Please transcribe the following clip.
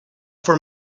for